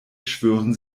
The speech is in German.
schwören